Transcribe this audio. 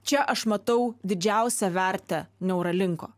čia aš matau didžiausią vertę neuralinko